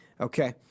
Okay